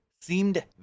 seemed